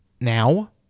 Now